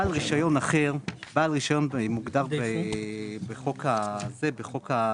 בעל רישיון אחר, בעל רישיון מוגדר בחוק הייעוץ.